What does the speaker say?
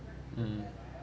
mm